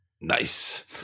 Nice